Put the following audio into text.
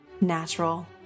natural